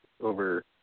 over